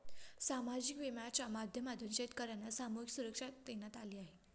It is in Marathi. सामाजिक विम्याच्या माध्यमातून शेतकर्यांना सामूहिक सुरक्षा देण्यात आली